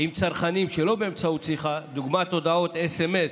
עם צרכנים, שלא באמצעות שיחה, דוגמת הודעות סמ"ס,